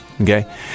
Okay